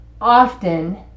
often